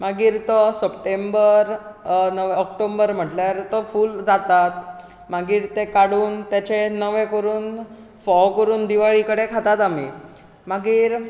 मागीर तो September October म्हणल्यार तो फूल जाता मागीर तें काडून ताचें नवें करून फोव करून दिवाळे कडेन खातात आमी मागीर